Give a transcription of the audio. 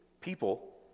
people